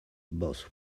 both